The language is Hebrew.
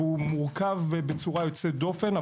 והוא מורכב בצורה יוצאת דופן.